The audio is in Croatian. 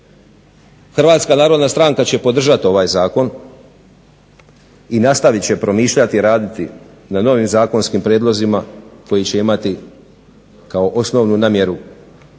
ovakav napor. HNS će podržati ovaj zakon i nastavit će promišljati i raditi na novim zakonskim prijedlozima koji će imati kao osnovnu namjeru